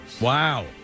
Wow